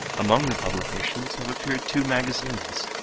among the publications have appeared two magazines.